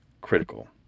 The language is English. critical